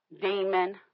Demon